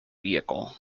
vehicle